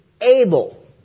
able